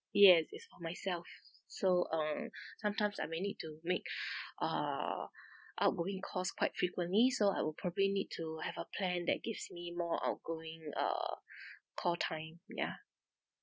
yes it's for myself so um sometimes I may need to make uh outgoing calls quite frequently so I would probably need to have a plan that gives me more outgoing uh call time ya